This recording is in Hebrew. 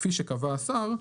כפי שקבע השר,